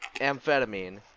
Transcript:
amphetamine